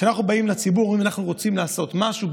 כשאנחנו באים לציבור ואומרים לו: אנחנו רוצים לעשות משהו,